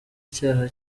icyaha